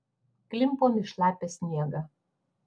klimpom į šlapią sniegą